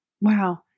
Wow